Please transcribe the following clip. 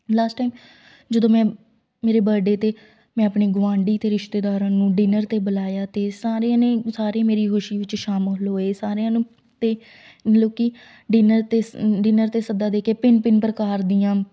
last time ਜਦੋਂ ਮੈਂ ਮੇਰੇ ਬਰਡੇ 'ਤੇ ਮੈਂ ਆਪਣੇ ਗੁਆਂਢੀ ਅਤੇ ਰਿਸ਼ਤੇਦਾਰਾਂ ਨੂੰ ਡਿਨਰ 'ਤੇ ਬੁਲਾਇਆ ਅਤੇ ਸਾਰਿਆਂ ਨੇ ਸਾਰੇ ਮੇਰੀ ਖੁਸ਼ੀ ਵਿੱਚ ਸ਼ਾਮਿਲ ਹੋਏ ਸਾਰਿਆਂ ਨੂੰ ਅਤੇ ਲੋਕੀਂ ਡਿਨਰ 'ਤੇ ਡਿਨਰ 'ਤੇ ਸੱਦਾ ਦੇ ਕੇ ਭਿੰਨ ਭਿੰਨ ਪ੍ਰਕਾਰ ਦੀਆਂ